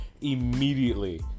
immediately